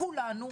כולנו,